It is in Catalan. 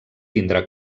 tindrà